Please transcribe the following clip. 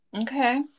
okay